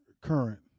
current